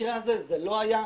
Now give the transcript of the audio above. במקרה הזה זה לא היה.